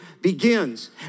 begins